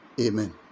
Amen